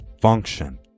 function